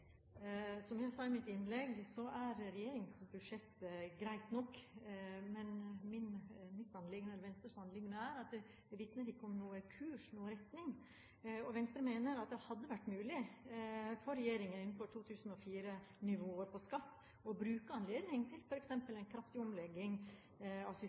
Som jeg sa i mitt innlegg, er regjeringens budsjett greit nok, men mitt anliggende, eller Venstres anliggende, er at det ikke vitner om noen kurs, noen retning, og Venstre mener at det hadde vært mulig for regjeringen med 2004-nivået på skatt å bruke anledningen til f.eks. en kraftig omlegging av